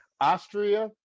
Austria